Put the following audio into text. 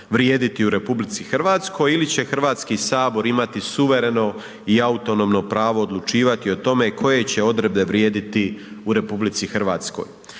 vrijediti u RH ili će Hrvatski sabor imati suvereno i autonomno pravo odlučivati o tome koje će odredbe vrijediti u RH.